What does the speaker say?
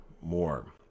more